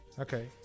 Okay